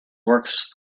works